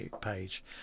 page